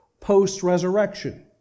post-resurrection